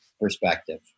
perspective